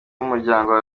b’umuryango